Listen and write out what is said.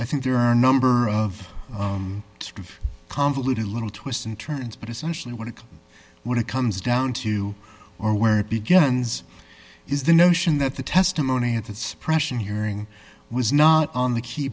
i think there are a number of convoluted little twists and turns but essentially what it what it comes down to or where it begins is the notion that the testimony of its pression hearing was not on the key